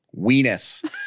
weenus